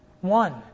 One